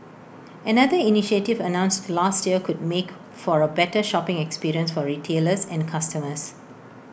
another initiative announced last year could make for A better shopping experience for retailers and customers